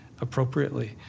appropriately